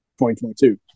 2022